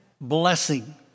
blessing